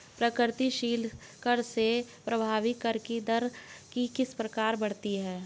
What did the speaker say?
प्रगतिशील कर से प्रभावी कर की दर किस प्रकार बढ़ती है?